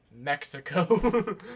Mexico